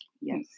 Yes